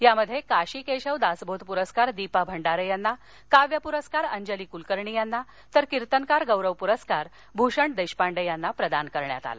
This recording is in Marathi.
यामध्ये काशी केशव दासबोध पुरस्कार दीपा भंडारे यांना काव्य पुरस्कार अंजली कुलकर्णी यांना तर कीर्तनकार गौरव पुरस्कार भूषण देशपांडे यांना प्रदान करण्यात आला